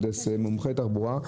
מהנדס תחבורה.